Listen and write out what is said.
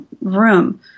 room